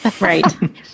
Right